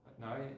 No